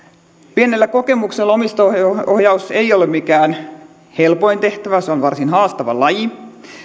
pienellä kokemuksella sanon omistajaohjaus ei ole mikään helpoin tehtävä se on varsin haastava laji